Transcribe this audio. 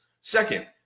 second